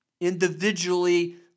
individually